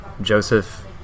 joseph